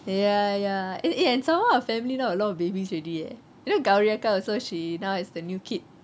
ya ya eh eh and some more our family now a lot of babies already eh you know gowri அக்கா:akka also she now has the new kid